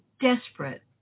desperate